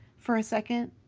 for a second,